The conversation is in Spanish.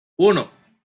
uno